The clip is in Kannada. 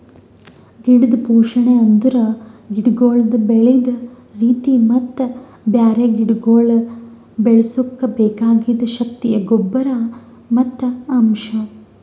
ಗಿಡದ್ ಪೋಷಣೆ ಅಂದುರ್ ಗಿಡಗೊಳ್ದು ಬೆಳದ್ ರೀತಿ ಮತ್ತ ಬ್ಯಾರೆ ಗಿಡಗೊಳ್ ಬೆಳುಸುಕ್ ಬೆಕಾಗಿದ್ ಶಕ್ತಿಯ ಗೊಬ್ಬರ್ ಮತ್ತ್ ಅಂಶ್